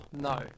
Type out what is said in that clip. No